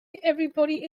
everybody